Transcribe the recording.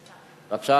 בבקשה,